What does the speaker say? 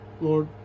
Lord